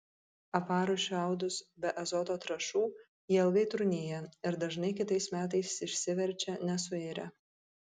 aparus šiaudus be azoto trąšų jie ilgai trūnija ir dažnai kitais metais išsiverčia nesuirę